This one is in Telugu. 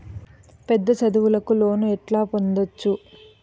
పెద్ద చదువులకు లోను ఎట్లా పొందొచ్చు